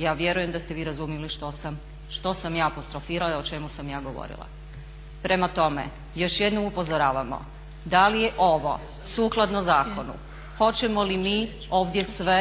Ja vjerujem da ste vi razumjeli što sam ja apostrofirala i o čemu sam ja govorila. Prema tome, još jednom upozoravamo da li je ovo sukladno zakonu, hoćemo li mi ovdje sve